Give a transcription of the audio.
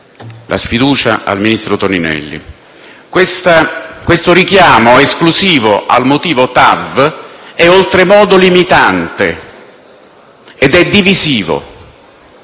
la sfiducia al ministro Toninelli. Il richiamo esclusivo al motivo TAV è oltremodo limitante e divisivo.